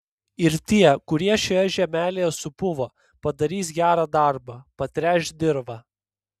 ir tie kurie šioje žemelėje supuvo padarys gerą darbą patręš dirvą